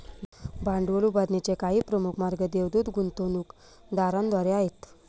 भांडवल उभारणीचे काही प्रमुख मार्ग देवदूत गुंतवणूकदारांद्वारे आहेत